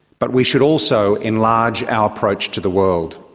but we should also enlarge our approach to the world.